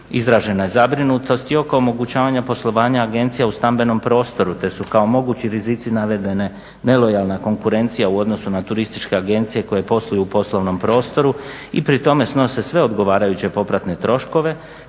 Izražena je i zabrinutost i oko omogućavanja poslovanja agencija u stambenom prostoru te su kao mogući rizici navedene nelojalna konkurencija u odnosu na turističke agencije koje posluju u poslovnom prostoru i pri tome snose sve odgovarajuće popratne troškove,